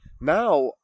now